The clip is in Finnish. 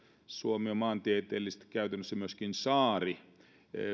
suomi on maantieteellisesti käytännössä myöskin saari